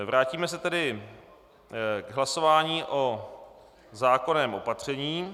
Vrátíme se tedy k hlasování o zákonném opatření.